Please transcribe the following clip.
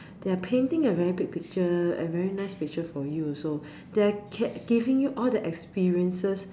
they're painting a very big picture and very nice picture for you also they are giving you all the experiences